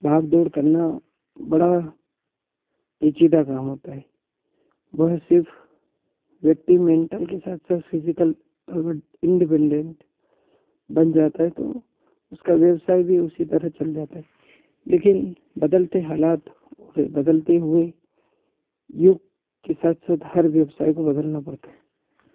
भाग दौड़ करना बड़ा पेचीदा काम होता है वह सिर्फ़ व्यक्ति मेंटल के साथ साथ फ़िज़िकल अगर इंडिपेंडेंट बन जाता है तो उसका व्यवसाय भी उसी तरह चल जाता है लेकिन बदलते हालात और बदलते हुए युग के साथ साथ हर व्यवसाय को बदलना पड़ता है